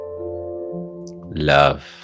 Love